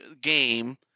game